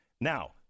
Now